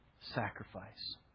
sacrifice